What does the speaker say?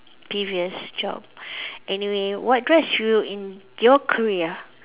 previous job anyway what drives you in your career